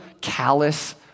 callous